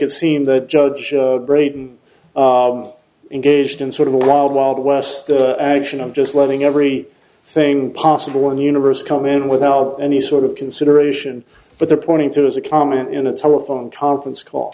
it seem that judge braden engaged in sort of a wild wild west the action of just letting every thing possible one universe come in without any sort of consideration but there pointing to as a comment in a telephone conference call